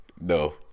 no